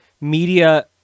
media